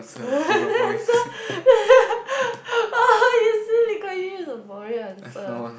that's not you say Lee-Kuan-Yew is a boring answer